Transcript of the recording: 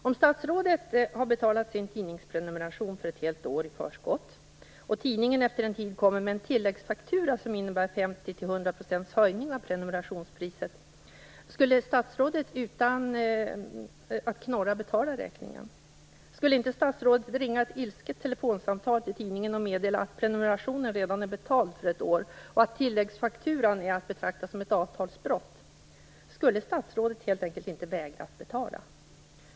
Om statsrådet har betalat sin tidningsprenumeration för ett helt år i förskott och tidningen efter en tid kommer med en tilläggsfaktura som innebär 50-100 % höjning av prenumerationspriset, skulle statsrådet utan att knorra då betala räkningen? Skulle inte statsrådet ringa ett ilsket telefonsamtal till tidningen och meddela att prenumerationen redan är betald för ett år och att tilläggsfakturan är att betrakta som ett avtalsbrott? Skulle statsrådet helt enkelt inte vägra att betala?